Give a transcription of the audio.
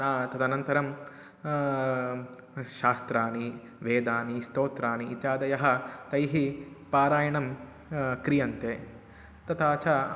न तदनन्तरं शास्त्राणि वेदाः स्तोत्राणि इत्यादयः तैः पारायणं क्रियन्ते तथा च